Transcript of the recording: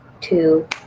two